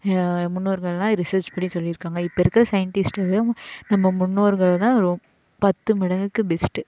முன்னோர்கள்லான் research பண்ணி சொல்லிருக்காங்க இப்போ இருக்கிற சயன்ட்டிஸ்ட்டுங்களும் நம்ம முன்னோர்களும் தான் ரோ பத்து மடங்குக்கு பெஸ்ட்டு